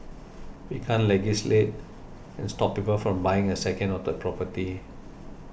we can't legislate and stop people from buying a second or third property